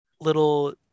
little